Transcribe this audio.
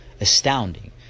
astounding